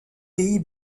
pays